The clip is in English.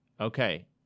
Okay